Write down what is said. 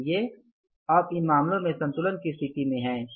इसलिए हम इन मामलों में संतुलन की स्थिति में हैं